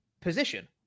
position